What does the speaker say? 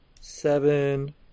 seven